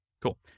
cool